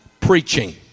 preaching